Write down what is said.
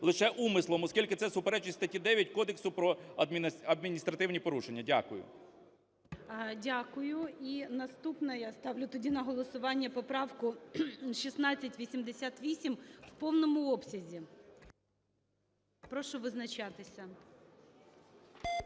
лише умислом, оскільки це суперечить статті 9 Кодексу про адміністративні порушення. Дякую. ГОЛОВУЮЧИЙ. Дякую. І наступне, я ставлю тоді на голосування поправку 1688 в повному обсязі. Прошу визначатися.